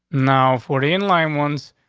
now, for the in line ones,